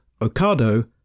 Ocado